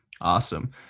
Awesome